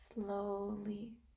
Slowly